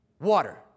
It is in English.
Water